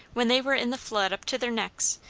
when they were in the flood up to their necks,